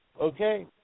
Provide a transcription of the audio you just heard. okay